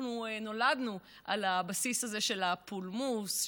אנחנו נולדנו על הבסיס הזה של הפולמוס,